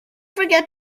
forget